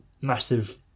massive